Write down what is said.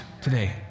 today